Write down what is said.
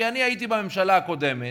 כי אני הייתי בממשלה הקודמת,